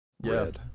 red